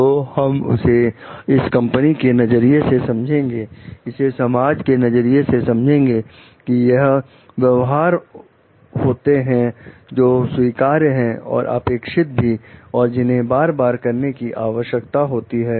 तो हम इसे इस कंपनी के नजरिए से समझेंगे इसे समाज के नजरिए से समझेंगे कि यह व्यवहार होते हैं जो स्वीकार्य हैं और अपेक्षित भी और जिन्हें बार बार करने की आवश्यकता होती है